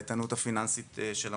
על האיתנות הפיננסית של המוסד.